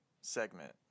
segment